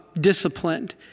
disciplined